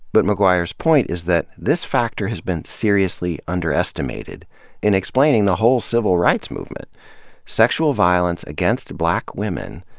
but mcguire's point is that this factor has been seriously underestimated in explaining the whole civil rights movement sexual violence against black women,